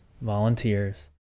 volunteers